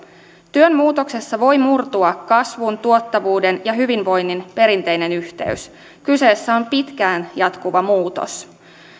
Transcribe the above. työn muutoksessa voi murtua kasvun tuottavuuden ja hyvinvoinnin perinteinen yhteys kyseessä on pitkään jatkuva muutos